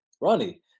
Ronnie